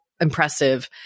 impressive